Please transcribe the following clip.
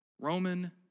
Roman